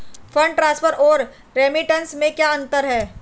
Fund transfer और remittance में क्या अंतर है?